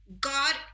God